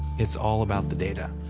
it's all about the data.